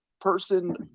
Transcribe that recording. person